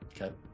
Okay